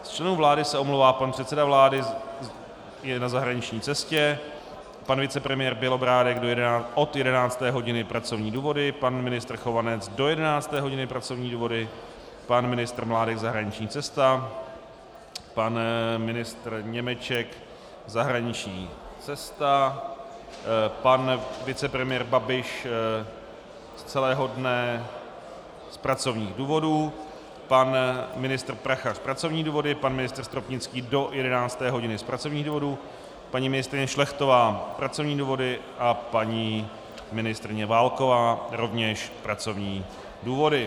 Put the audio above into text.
Z členů vlády se omlouvá pan předseda vlády, je na zahraniční cestě, pan vicepremiér Bělobrádek od 11 hodin pracovní důvody, pan ministr Chovanec do 11 hodin pracovní důvody, pan ministr Mládek zahraniční cesta, pan ministr Němeček zahraniční cesta, pan vicepremiér Babiš z celého dne z pracovních důvodů, pan ministr Prachař pracovní důvody, pan ministr Stropnický do 11 hodin z pracovních důvodů, paní ministryně Šlechtová pracovní důvody a paní ministryně Válková rovněž pracovní důvody.